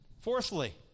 fourthly